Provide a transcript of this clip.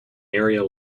area